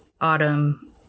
Autumn